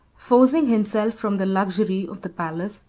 forcing himself from the luxury of the palace,